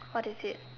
what is it